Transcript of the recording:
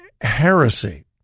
Heresy